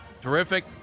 terrific